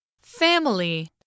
Family